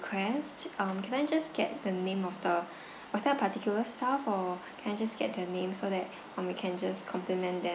~quest um can I just get the name of the was there a particular staff or can I just get their names so that um we can just compliment the~